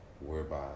whereby